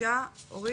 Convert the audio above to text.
בבקשה אורית.